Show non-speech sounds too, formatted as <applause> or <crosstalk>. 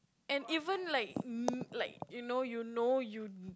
and even like <noise> like you know you know you <noise>